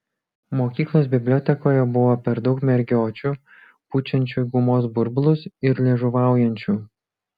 mokyklos bibliotekoje buvo per daug mergiočių pučiančių gumos burbulus ir liežuvaujančių